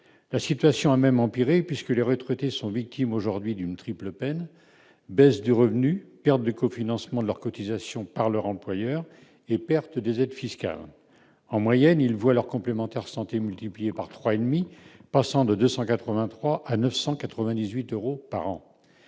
la situation a même empiré puisque les retraités sont victimes aujourd'hui d'une triple peine : baisse du revenu perd cofinancement de leurs cotisations par leur employeur et pertes des aides fiscales, en moyenne, ils voient leur complémentaire santé multipliée par 3 et demi, passant de 283 à 998 euros par an